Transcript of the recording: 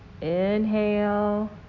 inhale